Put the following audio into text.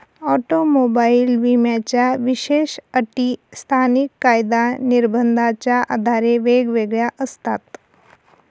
automobile विम्याच्या विशेष अटी स्थानिक कायदा निर्बंधाच्या आधारे वेगवेगळ्या असतात